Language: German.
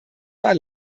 war